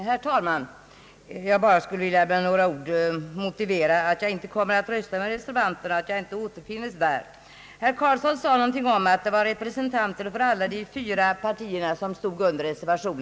Herr talman! Jag skulle med några ord vilja motivera, varför jag inte kommer att rösta med reservanterna i denna fråga och varför mitt namn inte återfinns under reservationen. Herr Carlsson sade att representanter för samtliga demokratiska partier skrivit under reservationen.